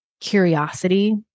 curiosity